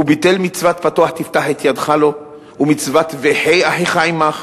וביטל את מצוות 'פתח תפתח את ידך לו' ומצוות 'וחי אחיך עמך',